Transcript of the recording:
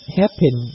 happen